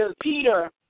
Peter